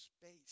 space